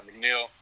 mcneil